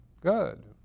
Good